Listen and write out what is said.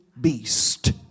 beast